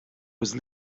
was